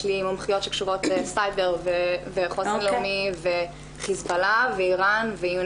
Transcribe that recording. יש לי מומחיות שקשורות לסייבר וחוסן לאומי וחיזבאללה ואירן ו-you